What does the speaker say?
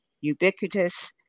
ubiquitous